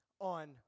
on